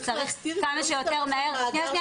וצריך כמה שיותר מהר --- צריך להסדיר